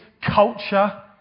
culture